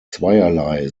zweierlei